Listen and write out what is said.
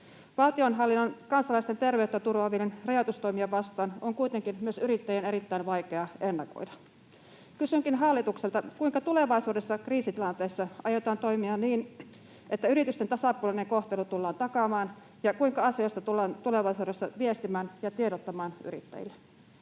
tulevaa. Kansalaisten terveyttä turvaavia valtionhallinnon rajoitustoimia on kuitenkin myös yrittäjien erittäin vaikeaa ennakoida. Kysynkin hallitukselta: kuinka tulevaisuudessa kriisitilanteessa aiotaan toimia niin, että yritysten tasapuolinen kohtelu tullaan takaamaan, ja kuinka asioista tullaan tulevaisuudessa viestimään ja tiedottamaan yrittäjille?